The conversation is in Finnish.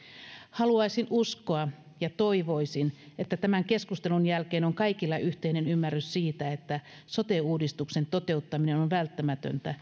haluaisin uskoa ja toivoisin että tämän keskustelun jälkeen on kaikilla yhteinen ymmärrys siitä että sote uudistuksen toteuttaminen on on välttämätöntä